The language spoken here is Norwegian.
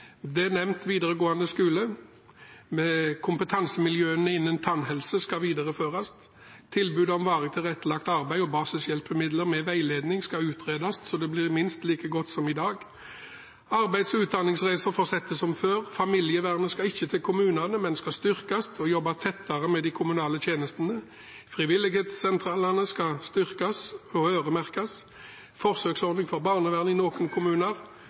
Det er nevnt videregående skole kompetansemiljøene innen tannhelse skal videreføres tilbudet om Varig tilrettelagt arbeid og basishjelpemidler med veiledning skal utredes så det blir minst like godt som i dag arbeids- og utdanningsreiser fortsetter som før familievernet skal ikke til kommunene, men skal styrkes og jobbe tettere med de kommunale tjenestene frivillighetssentralene skal styrkes og øremerkes forsøksordning for barnevernet i noen kommuner